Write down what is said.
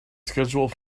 schedule